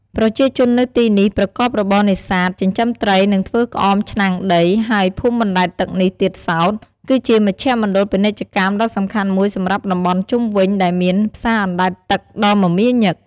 ប្រជាជននៅទីនេះប្រកបរបរនេសាទ ចិញ្ចឹមត្រី និងធ្វើក្អមឆ្នាំងដី ហើយភូមិបណ្ដែតទឹកនេះទៀតសោត គឺជាមជ្ឈមណ្ឌលពាណិជ្ជកម្មដ៏សំខាន់មួយសម្រាប់តំបន់ជុំវិញ ដែលមានផ្សារអណ្ដែតទឹកដ៏មមាញឹក។